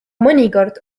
mõnikord